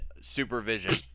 supervision